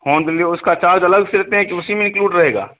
home delivery उसका charge अलग से लेते हैं कि उसी में इन्क्लूड रहेगा